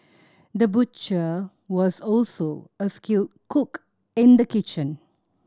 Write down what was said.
the butcher was also a skilled cook in the kitchen